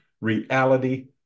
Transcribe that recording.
reality